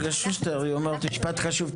רגע שוסטר, היא אומרת משפט חשוב.